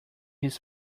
his